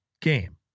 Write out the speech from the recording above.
game